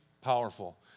powerful